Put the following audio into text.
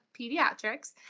Pediatrics